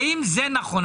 האם זה נכון?